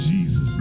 Jesus